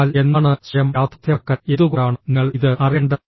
എന്നാൽ എന്താണ് സ്വയം യാഥാർത്ഥ്യമാക്കൽ എന്തുകൊണ്ടാണ് നിങ്ങൾ ഇത് അറിയേണ്ടത്